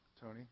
Tony